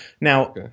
Now